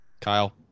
Kyle